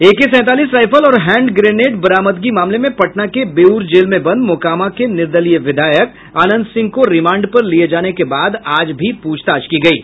एके सैंतालीस राईफल और hand grenade बरामदगी मामले में पटना के बेउर जेल में बंद मोकामा के निर्दलीय विधायक अनंत सिंह को रिमांड पर लिये जाने के बाद आज भी पूछताछ की गयी